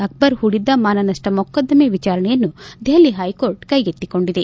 ಅಕ್ಸರ್ ಹೂಡಿದ್ದ ಮಾನನಪ್ಪ ವೊಕದ್ದಮೆಯ ವಿಚಾರಣೆಯನ್ನು ದೆಹಲಿ ಹೈಕೋರ್ಟ್ ಕೈಗೆತ್ತಿಕೊಂಡಿದೆ